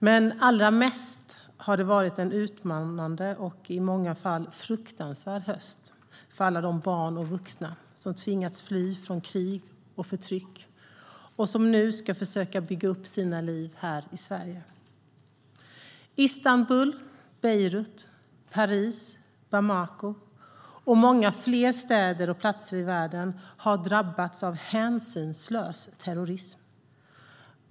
Men allra mest har det varit en utmanande och i många fall fruktansvärd höst för alla de barn och vuxna som har tvingats fly från krig och förtryck och som nu ska försöka bygga upp sina liv här i Sverige. Istanbul, Beirut, Paris, Bamako och många fler städer och platser i världen har drabbats av hänsynslös terrorism.